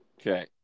Okay